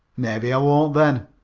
maybe i won't then!